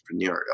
entrepreneurial